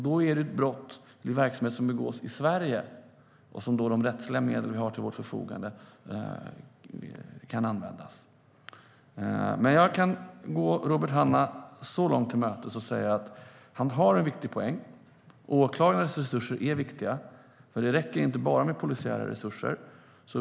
Då är det ett brott, en verksamhet, som begås i Sverige och där de rättsliga medel som vi har till vårt förfogande kan användas. Jag kan gå Robert Hannah så långt till mötes och säga att han har en viktig poäng. Åklagarnas resurser är viktiga. Det räcker inte bara med polisiära resurser.